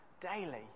daily